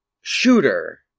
shooter